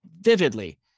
vividly